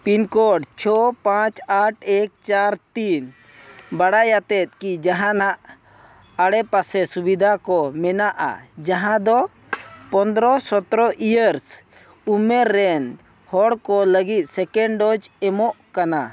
pincode ᱪᱷᱚ ᱯᱟᱸᱪ ᱟᱴ ᱮᱠ ᱪᱟᱨ ᱛᱤᱱ ᱵᱟᱲᱟᱭᱟᱛᱮᱫ ᱠᱤ ᱡᱟᱦᱟᱱᱟᱜ ᱟᱲᱮᱯᱟᱥᱮ ᱥᱩᱵᱤᱫᱷᱟ ᱠᱚ ᱢᱮᱱᱟᱜᱼᱟ ᱡᱟᱦᱟᱸ ᱫᱚ ᱯᱚᱸᱫᱽᱨᱚ ᱥᱚᱛᱮᱨᱚ ᱤᱭᱟᱹᱨᱥ ᱩᱢᱮᱨ ᱨᱮᱱ ᱦᱚᱲ ᱠᱚ ᱞᱟᱜᱤᱫ ᱥᱮᱠᱮᱸᱰ ᱰᱳᱡᱽ ᱮᱢᱚᱜ ᱠᱟᱱᱟ